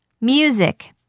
music